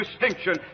distinction